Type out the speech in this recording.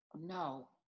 No